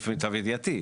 לפי מיטב ידיעתי,